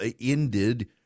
ended